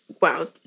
Wow